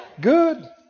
Good